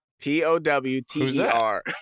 p-o-w-t-e-r